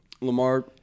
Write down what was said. Lamar